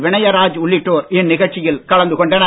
வினய ராஜ் உள்ளிட்டோர் இந் நிகழ்ச்சியில் கலந்து கொண்டனர்